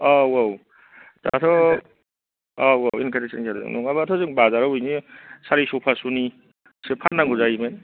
औ औ दाथ' औ औ एनखारेसन जादोंमोन नङाबाथ' बाजाराव बिदिनो सारिस' फास'निसो फाननांगौ जायोमोन